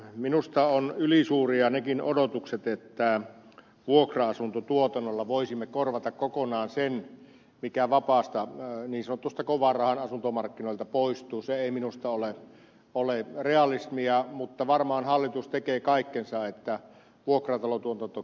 minusta ovat ylisuuria nekin odotukset että vuokra asuntotuotannolla voisimme korvata kokonaan sen mikä vapailta niin sanotuilta kovan rahan asuntomarkkinoilta poistuu se ei minusta ole realismia mutta varmaan hallitus tekee kaikkensa että vuokratalotuotanto käynnistyy